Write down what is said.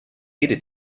jede